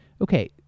okay